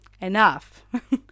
Enough